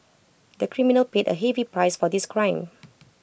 the criminal paid A heavy price for this crime